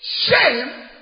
shame